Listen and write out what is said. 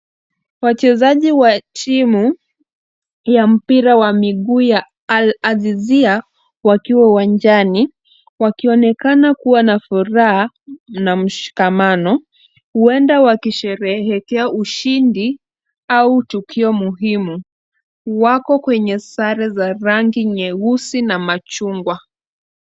Wachezaji wa timu wa mpira wa aljahazia wapo uwanjani wakionekana kuwa na furaha na mshikamano huenda wakisherehekea ushindi au tukio muhimu. Wako kwenye sare za rangi nyeusi na machungwa.